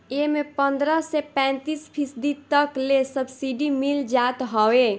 एमे पन्द्रह से पैंतीस फीसदी तक ले सब्सिडी मिल जात हवे